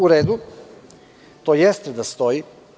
U redu, to jeste da stoji.